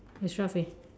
extra fea~